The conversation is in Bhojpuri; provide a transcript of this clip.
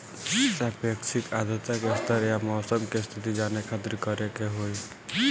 सापेक्षिक आद्रता के स्तर या मौसम के स्थिति जाने खातिर करे के होई?